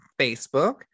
Facebook